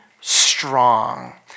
strong